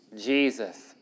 Jesus